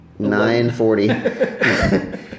9.40